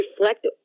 reflect